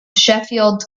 sheffield